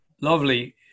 lovely